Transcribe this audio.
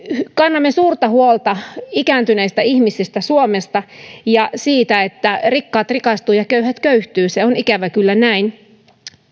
kannamme suurta huolta ikääntyneistä ihmisistä suomessa ja siitä että rikkaat rikastuvat ja köyhät köyhtyvät se on ikävä kyllä näin